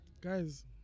guys